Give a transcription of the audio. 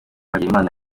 hagenimana